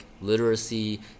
literacy